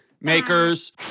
makers